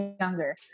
younger